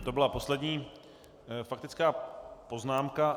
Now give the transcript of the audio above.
To byla poslední faktická poznámka.